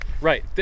right